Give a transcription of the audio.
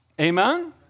Amen